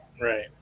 Right